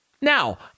Now